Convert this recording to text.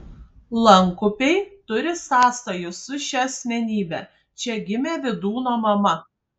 lankupiai turi sąsajų su šia asmenybe čia gimė vydūno mama